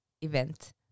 event